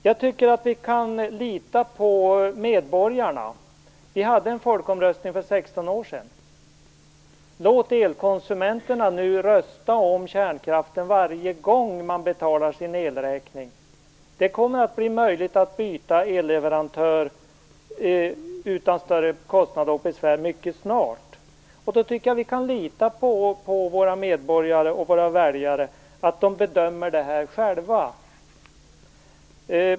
Jag tycker att vi kan lita på medborgarna. Vi genomförde en folkomröstning för 16 år sedan. Låt elkonsumenterna nu rösta om kärnkraften varje gång de betalar sin elräkning. Det kommer mycket snart att bli möjligt att byta elleverantör utan större kostnader och besvär. Då tycker jag att vi kan lita på att våra medborgare och väljare själva kan göra en bedömning.